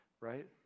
right